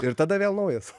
ir tada vėl naujas